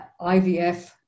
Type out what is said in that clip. IVF